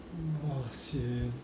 !wah! sian